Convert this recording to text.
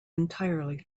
entirely